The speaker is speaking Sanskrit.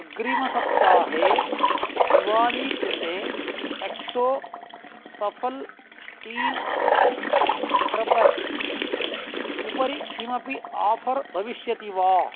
अग्रिमसप्ताहे दिवाली कृते एक्सो सफ़ल् श्टील् स्क्रब्बर् उपरि किमपि आफ़र् भविष्यति वा